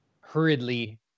hurriedly